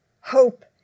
Hope